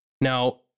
Now